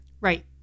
Right